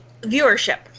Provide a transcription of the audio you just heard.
viewership